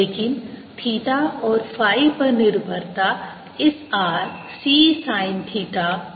लेकिन थीटा और फ़ाई पर निर्भरता इस r C sin theta cosine prime में आती है